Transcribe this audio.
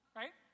right